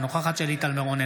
אינה נוכחת שלי טל מירון,